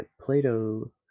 Plato